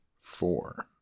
four